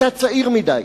אתה צעיר מדי.